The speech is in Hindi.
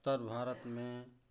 उत्तर भारत में